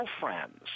friends